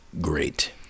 great